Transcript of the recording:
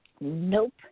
Nope